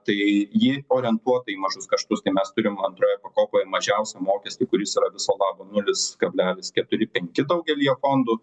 tai ji orientuota į mažus kaštus tai mes turim antroje pakopoje mažiausią mokestį kuris yra viso labo nulis kablelis keturi penki daugelyje fondų